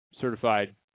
certified